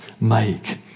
make